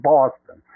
Boston